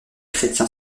chrétien